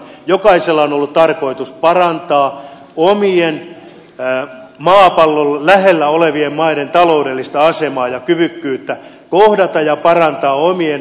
jokaisella on ollut tarkoitus parantaa omien maapallolla lähellä olevien maiden taloudellista asemaa ja kyvykkyyttä kohdata ja parantaa omien kansalaistensa tulevaisuutta